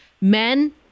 men